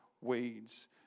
weeds